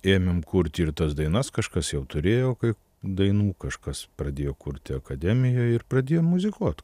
ėmėm kurti ir tas dainas kažkas jau turėjo kai dainų kažkas pradėjo kurti akademijoje ir pradėjom muzikuot kartu